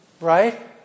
Right